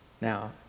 Now